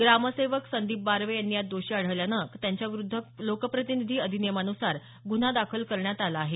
ग्रामसेवक संदीप बाखे यांनी यात दोषी आढळल्यानं त्यांच्याविरुद्ध लोकप्रतिनिधी अधिनियमनुसार गुन्हा दाखल करण्यात आला आहे